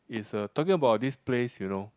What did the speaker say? is a talking about this place you know